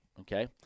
okay